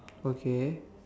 okay